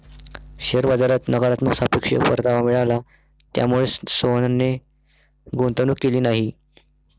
share बाजारात नकारात्मक सापेक्ष परतावा मिळाला, त्यामुळेच सोहनने गुंतवणूक केली नाही